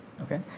Okay